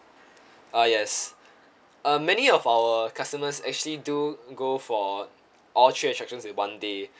uh yes uh many of our customers actually do go for all three attractions in one day